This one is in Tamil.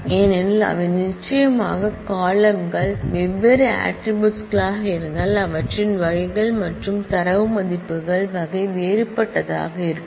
ஏனெனில் அவை நிச்சயமாக காலம்ன் கள் வெவ்வேறு ஆட்ரிபூட்ஸ் களாக இருந்தால் அவற்றின் வகைகள் மற்றும் டேட்டா மதிப்புகள் வகை வேறுபட்டதாக இருக்கும்